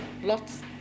lots